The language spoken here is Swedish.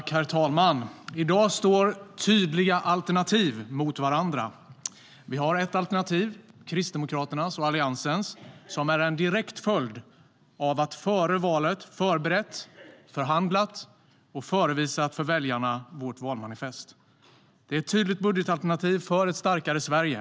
Herr talman! I dag står tydliga alternativ mot varandra. Vi har ett alternativ, Kristdemokraternas och Alliansens, som är en direkt följd av att vi före valet förberett, förhandlat och förevisat för väljarna vårt valmanifest. Det är ett tydligt budgetalternativ för ett starkare Sverige.